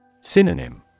Synonym